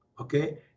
Okay